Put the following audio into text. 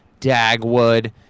dagwood